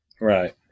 Right